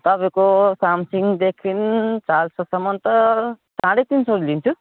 तपाईँको सामसिङदेखि चाल्सासम्म त साढे तिन सौ लिन्छु